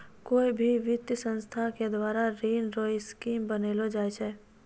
कोय भी वित्तीय संस्था के द्वारा ऋण रो स्कीम बनैलो जाय छै